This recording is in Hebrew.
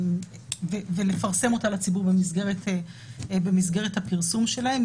ולפרסם אותן לציבור במסגרת הפרסום שלהם.